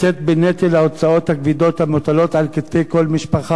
בנטל ההוצאות הכבדות המוטלות על כתפי כל משפחה,